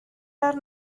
are